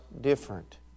different